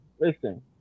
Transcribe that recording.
listen